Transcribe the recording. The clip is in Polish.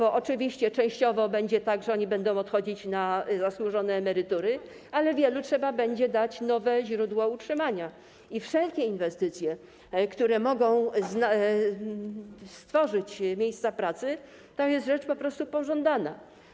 Oczywiście częściowo będzie tak, że oni będą odchodzić na zasłużone emerytury, ale wielu trzeba będzie dać nowe źródło utrzymania, więc wszelkie inwestycje, które mogą stworzyć miejsca pracy, są tam rzeczą po prostu pożądaną.